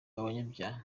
umunyabyaha